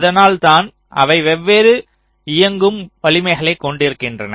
அதனால்தான் அவை வெவ்வேறு இயக்கும் வலிமைகளை கொண்டிருக்கின்றன